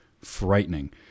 frightening